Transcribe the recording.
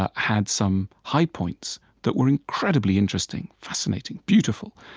ah had some high points that were incredibly interesting, fascinating, beautiful,